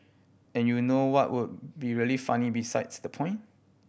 and you know what would be really funny besides the point